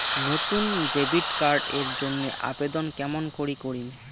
নতুন debit card এর জন্যে আবেদন কেমন করি করিম?